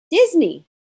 Disney